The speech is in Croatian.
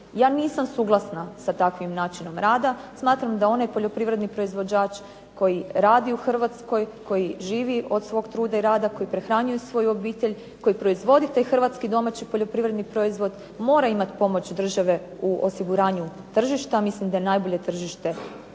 Ja nisam suglasna sa takvim načinom rada, smatram da onaj poljoprivredni proizvođač koji radi u Hrvatskoj, koji živi od svog truda i rada, koji prehranjuje svoju obitelj, koji proizvodi taj hrvatski domaći poljoprivredni proizvod mora imati pomoć države u osiguranju tržišta, mislim da je najbolje tržište